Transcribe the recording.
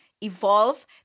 Evolve